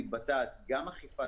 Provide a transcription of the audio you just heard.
מתבצעת גם אכיפה